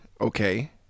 Okay